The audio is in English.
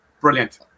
brilliant